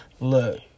Look